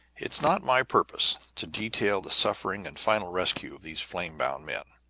it is not my purpose to detail the sufferings and final rescue of these flame-bound men.